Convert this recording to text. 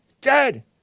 Dead